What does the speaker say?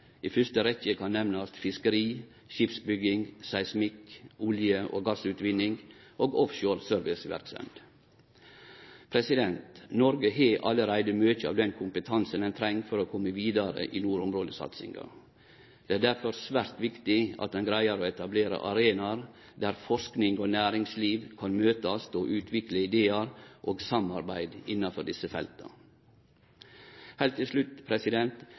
I første rekkje kan nemnast fiskeri, skipsbygging, seismikk, olje- og gassutvinning og offshore serviceverksemd. Noreg har allereie mykje av den kompetansen ein treng for å kome vidare i nordområdesatsinga. Det er derfor svært viktig at ein greier å etablere arenaer der forsking og næringsliv kan møtast og utvikle idear og samarbeid innanfor desse felta. Heilt til slutt: